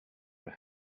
were